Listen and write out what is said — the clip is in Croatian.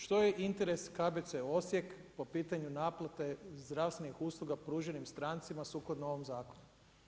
Što je interes KBC Osijek po pitanju naplate zdravstvenih usluga pruženim strancima sukladno ovom zakonu.